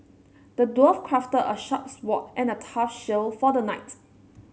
the dwarf crafted a sharp sword and a tough shield for the knight